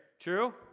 True